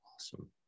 awesome